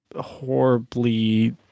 Horribly